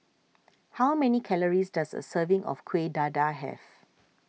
how many calories does a serving of Kueh Dadar have